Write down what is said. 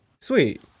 sweet